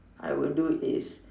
I would do is